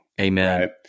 Amen